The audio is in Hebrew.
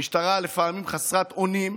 המשטרה לפעמים חסרת אונים,